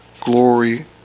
glory